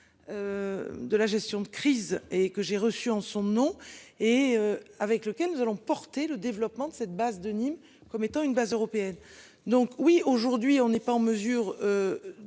De la gestion de crise et que j'ai reçu en son nom et avec lequel nous allons porter le développement de cette base de Nîmes comme étant une base européenne. Donc oui aujourd'hui on n'est pas en mesure.